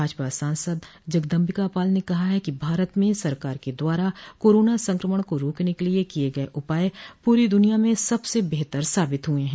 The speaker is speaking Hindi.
भाजपा सांसद जगदम्बिका पाल ने कहा है कि भारत में सरकार के द्वारा कोरोना संक्रमण को रोकने के लिये किये गये उपाय पूरी दुनिया में सबसे बेहतर साबित हुए है